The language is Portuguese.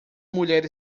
mulher